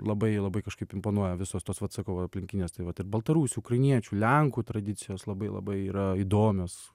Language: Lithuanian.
labai labai kažkaip imponuoja visos tos vat sakau va aplinkinės tai vat ir baltarusių ukrainiečių lenkų tradicijos labai labai yra įdomios